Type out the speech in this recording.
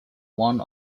one